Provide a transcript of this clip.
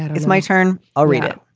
it's my turn. i'll read it.